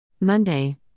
Monday